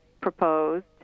proposed